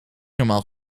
normaal